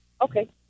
Okay